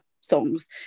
songs